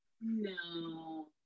No